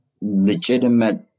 legitimate